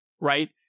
right